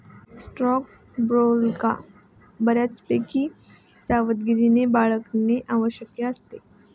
स्टॉकब्रोकरला बऱ्यापैकी सावधगिरी बाळगणे आवश्यक असते